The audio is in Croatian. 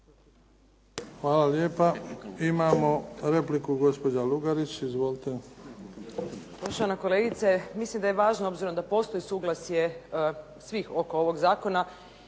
Hvala lijepa. Imamo repliku, gospođa Lugarić. Izvolite.